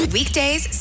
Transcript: Weekdays